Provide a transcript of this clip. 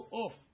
off